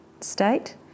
state